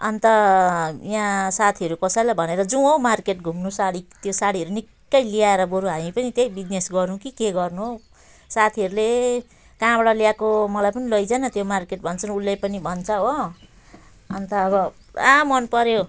अन्त यहाँ साथीहरू कसैलाई भनेर जाऊँ हौ मार्केट घुम्नु साडी त्यो साडीहरू निक्कै ल्याएर बरु हामी पनि त्यहीँ बिजिनेस गरौँ कि गर्नु साथीहरूले कहाँबाट ल्याएको मलाई पनि लैजाउन त्यो मार्केट भन्छ उसले पनि भन्छ हो अन्त अब पुरा मन पऱ्यो